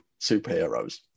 superheroes